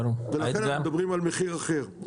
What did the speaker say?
בגלל זה אנחנו מדברים על מחיר אחר.